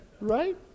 Right